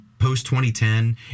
post-2010